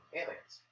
aliens